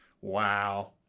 wow